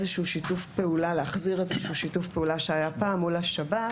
בניסיון להחזיר איזה שהוא שיתוף פעולה שהיה פעם מול השב״כ,